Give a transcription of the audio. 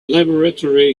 laboratory